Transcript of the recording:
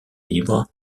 libre